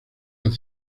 las